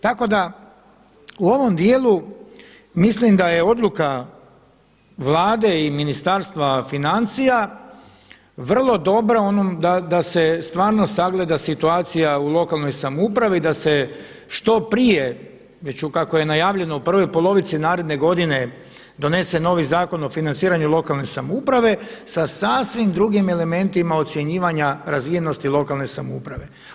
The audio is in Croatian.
Tako da u ovom dijelu mislim da je odluka Vlade i ministarstva financija vrlo dobra da se stvarno sagleda situacija u lokalnoj samoupravi, da se što prije već kako je najavljeno u prvom polovici naredne godine donese novi Zakon o financiranju lokalne samouprave sa sasvim drugim elementima ocjenjivanja razvijenosti lokalne samouprave.